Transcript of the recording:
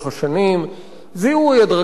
זיהוי הדרגתי של החללים הללו,